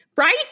Right